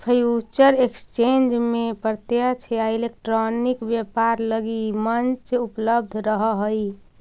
future exchange में प्रत्यक्ष या इलेक्ट्रॉनिक व्यापार लगी मंच उपलब्ध रहऽ हइ